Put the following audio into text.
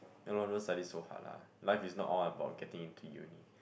you know don't study so hard lah life is not all about getting into uni